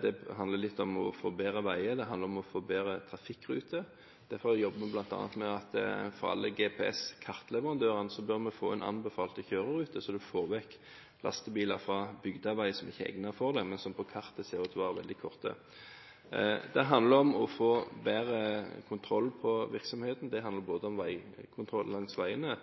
Det handler litt om å få bedre veier, det handler litt om å få bedre trafikkruter. Derfor jobber vi bl.a. med at vi fra alle GPS-kartleverandører bør få en anbefalt kjørerute, slik at vi får bort lastebiler fra bygdeveier som ikke er egnet for det, men som på kartet ser ut til å være veldig korte. Det handler om å få bedre kontroll på virksomheten. Det handler om kontroll langs veiene,